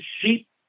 sheep